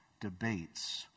debates